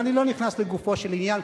ואני לא נכנס לגופו של עניין,